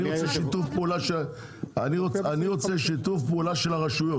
אני רוצה שיתוף פעולה של הרשויות.